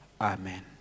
Amen